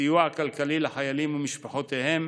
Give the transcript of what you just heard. סיוע כלכלי לחיילים ומשפחותיהם,